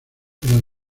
pero